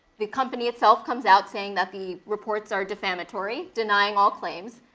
the company itself comes out saying that the reports are defamatory, denying all claims.